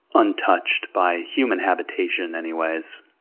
untouched, by human habitation anyways,